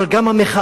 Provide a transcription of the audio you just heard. אבל גם המחאה,